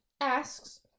Asks